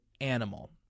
animal